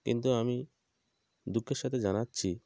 কিন্তু আমি দুঃখের সাথে জানাচ্ছি